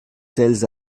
telles